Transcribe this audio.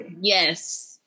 Yes